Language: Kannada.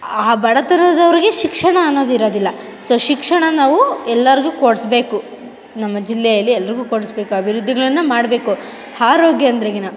ಆ ಬಡತನದವ್ರಿಗೆ ಶಿಕ್ಷಣ ಅನ್ನೋದು ಇರೋದಿಲ್ಲ ಸೊ ಶಿಕ್ಷಣ ನಾವು ಎಲ್ರಿಗೂ ಕೊಡ್ಸ್ಬೇಕು ನಮ್ಮ ಜಿಲ್ಲೆಯಲಿ ಎಲ್ರಿಗೂ ಕೊಡ್ಸ್ಬೇಕು ಅಭಿವೃದ್ಧಿಗಳನ್ನು ಮಾಡಬೇಕು ಆರೋಗ್ಯ ಅಂದ್ರೆ